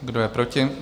Kdo je proti?